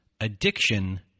addiction